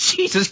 Jesus